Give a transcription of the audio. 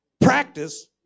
Practice